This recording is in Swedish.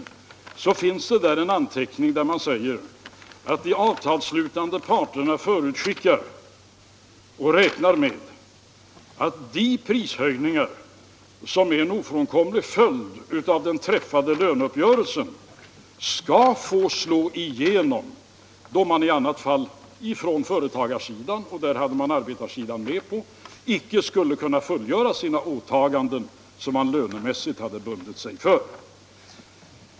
Om han tar fram den, så finner han där en anteckning där man säger att de avtalsslutande parterna förutskickar att de prisökningar som är en ofrånkomlig följd av den träffade löneuppgörelsen skall få slå igenom, då man i annat fall från företagarsidan — och det har man arbetarsidan med på — icke skulle kunna fullgöra de åtaganden som man lönemässigt har bundit sig för.